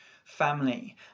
family